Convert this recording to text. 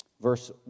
Verse